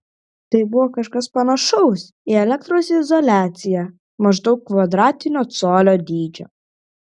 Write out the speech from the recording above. tai buvo kažkas panašaus į elektros izoliaciją maždaug kvadratinio colio dydžio